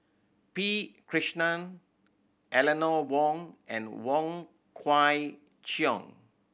P Krishnan Eleanor Wong and Wong Kwei Cheong